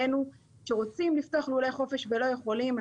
אלינו שרוצים לפתוח לולי חופש ולא יכולים.